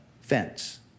fence